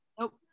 Nope